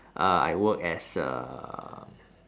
uh I work as uh